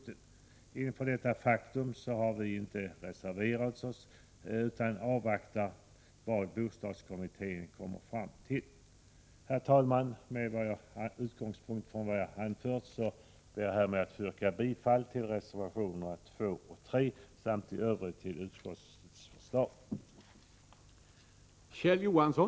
Ställt inför detta faktum har vi inte reserverat oss, utan avvaktar vad bostadskommittén kommer fram till. Herr talman! Med utgångspunkt i vad jag har anfört ber jag härmed att få yrka bifall till reservationerna 2 och 3 samt i övrigt till utskottets hemställan.